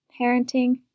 parenting